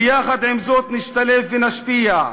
ויחד עם זאת נשתלב ונשפיע.